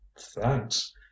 thanks